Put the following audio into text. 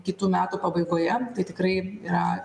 kitų metų pabaigoje tai tikrai yra